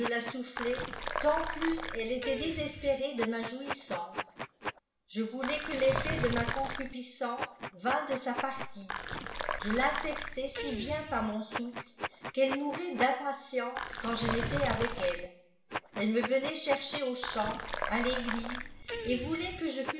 tant plus elle élait désespérée de ma jouissance je voulais que teffet de ma concupiscence vînt de sa partie je finfectai si bien par mon souffle qu'elle mourait d'impatience quand je n'étais avec elle elle me venait chercher aux champs à l'église et voulait que je